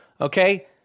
okay